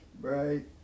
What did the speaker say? Right